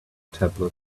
tablet